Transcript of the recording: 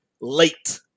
late